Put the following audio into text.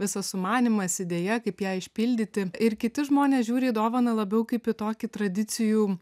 visas sumanymas idėja kaip ją išpildyti ir kiti žmonės žiūri į dovaną labiau kaip į tokį tradicijų